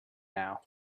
now